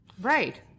Right